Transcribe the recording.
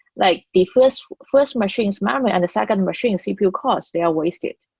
like the first first machine's memory and the second machine's cpu cost, they are wasted.